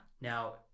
Now